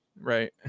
right